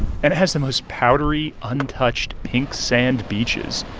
and it has the most powdery untouched pink sand beaches